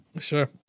Sure